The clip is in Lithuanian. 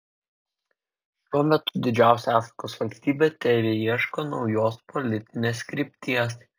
šiuo metu didžiausia afrikos valstybė tebeieško naujos politinės krypties